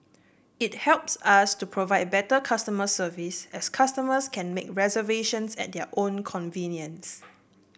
it helps us to provide better customer service as customers can make reservations at their own convenience